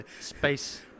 space